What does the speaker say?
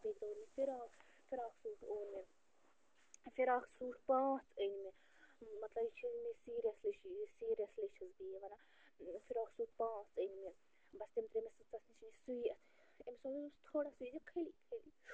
بیٚیہِ توٚرُم frock frock suit اوٚن مےٚ فراکھ سوٗٹ پانٛژھ أنۍ مےٚ مَطلَب یہِ چھِ أنۍ مےٚ سیٖریَسلی چھُ یہِ سیٖریَسلی چھَس بہٕ یہِ وَنان فراکھ سوٗٹ پانٛژھ أنۍ مےٚ بَس تِم ترٛٲے مےٚ سٕژَس نِش یہِ سُوِ أمِس اوس ہسا تھوڑا سا یہِ خٲلی خٲلی